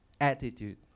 attitude